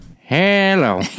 Hello